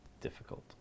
difficult